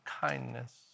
kindness